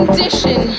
Condition